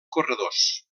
corredors